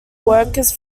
workers